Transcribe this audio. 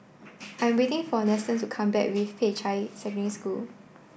I'm waiting for Nestor to come back with Peicai Secondary School